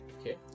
okay